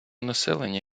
населення